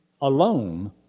alone